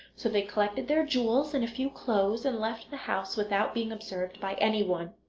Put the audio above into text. so they collected their jewels and a few clothes and left the house without being observed by anyone.